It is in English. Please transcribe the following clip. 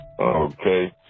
Okay